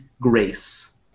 grace